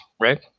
right